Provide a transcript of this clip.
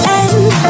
end